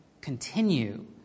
continue